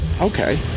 Okay